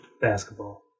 basketball